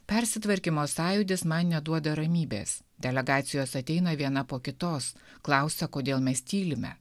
persitvarkymo sąjūdis man neduoda ramybės delegacijos ateina viena po kitos klausia kodėl mes tylime